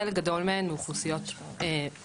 חלק גדול מהן מאוכלוסיות חלשות,